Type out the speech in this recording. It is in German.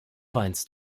weinst